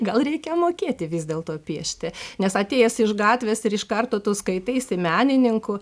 gal reikia mokėti vis dėlto piešti nes atėjęs iš gatvės ir iš karto tu skaitaisi menininku